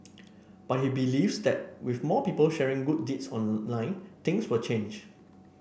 but he believes that with more people sharing good deeds online things will change